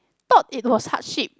thought it was hardship